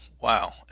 wow